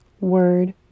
word